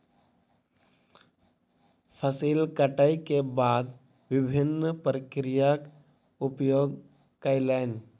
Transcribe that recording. फसिल कटै के बाद विभिन्न प्रक्रियाक उपयोग कयलैन